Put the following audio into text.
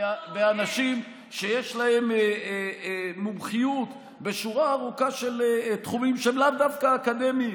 באנשים שיש להם מומחיות בשורה ארוכה של תחומים שהם לאו דווקא אקדמיים,